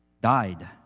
died